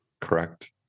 correct